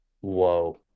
Whoa